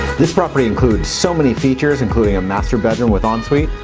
this property includes so many features including a master bedroom with um ensuite.